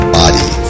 body